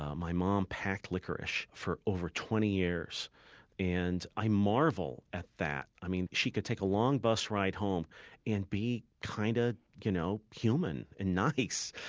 ah my mom packed licorice for over twenty years and i marvel at that. i mean, she could take a long bus ride home and be kind of ah you know human and nice.